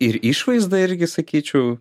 ir išvaizda irgi sakyčiau